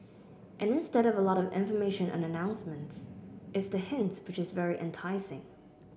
and instead of a lot of information on announcements it's the hints which is very enticing